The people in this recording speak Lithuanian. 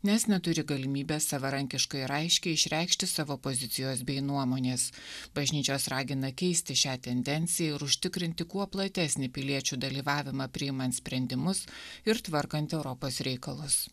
nes neturi galimybės savarankiškai ir aiškiai išreikšti savo pozicijos bei nuomonės bažnyčios ragina keisti šią tendenciją ir užtikrinti kuo platesnį piliečių dalyvavimą priimant sprendimus ir tvarkant europos reikalus